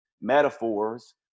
metaphors